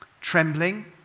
Trembling